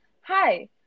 Hi